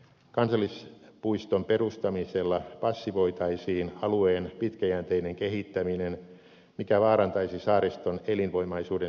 kansallispuiston perustamisella passivoitaisiin alueen pitkäjänteinen kehittäminen mikä vaarantaisi saariston elinvoimaisuuden säilyttämisen